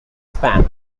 span